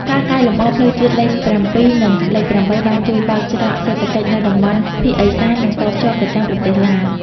ការកែលម្អផ្លូវជាតិលេខ៧ និងលេខ៨ បានជួយបើកច្រកសេដ្ឋកិច្ចនៅតំបន់ភាគឦសាន និងតភ្ជាប់ទៅកាន់ប្រទេសឡាវ។